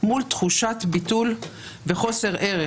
מול תחושת ביטול וחוסר ערך.